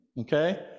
okay